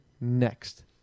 next